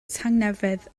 tangnefedd